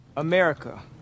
America